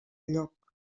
lloc